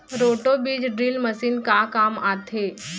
Roto बीज drill machine का काम आथे?